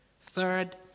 Third